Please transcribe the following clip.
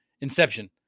inception